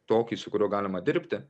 tokį su kuriuo galima dirbti